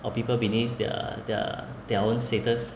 or people beneath their their their own status